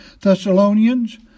Thessalonians